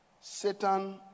Satan